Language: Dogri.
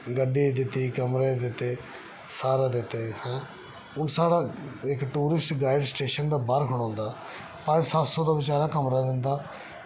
गड्डी दित्ते कमरे दित्ते सारे दित्ते है इक टूरिस्ट गाइड स्टेशन दे बाहर खड़ोंदा पंज सत्त सौ दा बेचारा कमरा दिंदा